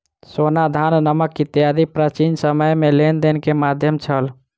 सोना, धान, नमक इत्यादि प्राचीन समय में लेन देन के माध्यम छल